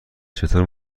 چطور